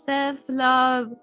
Self-love